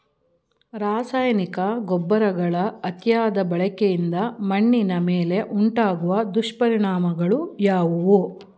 ರಾಸಾಯನಿಕ ಗೊಬ್ಬರಗಳ ಅತಿಯಾದ ಬಳಕೆಯಿಂದ ಮಣ್ಣಿನ ಮೇಲೆ ಉಂಟಾಗುವ ದುಷ್ಪರಿಣಾಮಗಳು ಯಾವುವು?